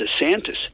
DeSantis